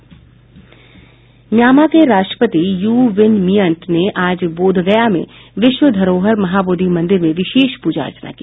Myanmar के राष्ट्रपति U Win Myint ने आज बोधगया में विश्व धरोहर महाबोधि मंदिर में विशेष प्रजा अर्चना की